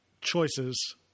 choices